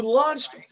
launched